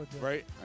Right